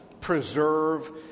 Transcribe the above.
preserve